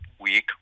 week